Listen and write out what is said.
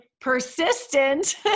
persistent